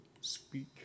speak